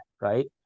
Right